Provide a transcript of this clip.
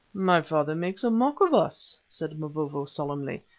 my father makes a mock of us, said mavovo solemnly.